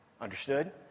Understood